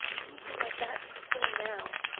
anything like that seems silly now.